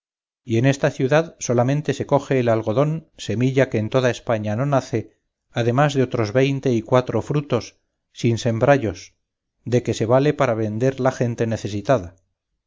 y en esta ciudad solamente se coge el algodón semilla que en toda españa no nace además de otros veinte y cuatro frutos sin sembrallos de que se vale para vender la gente necesitada